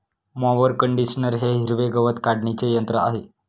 mower conditioner हे हिरवे गवत काढणीचे यंत्र आहे